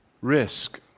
Risk